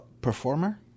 performer